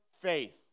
faith